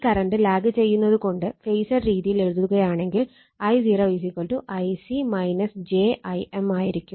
ഈ current lag ചെയ്യുന്നത് കൊണ്ട് ഫേസർ രീതിയിൽ എഴുതുകയാണെങ്കിൽ I0 Ic j Im ആയിരിക്കും